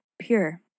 pure